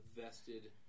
vested